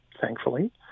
thankfully